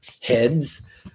heads